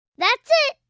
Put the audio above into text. that's it.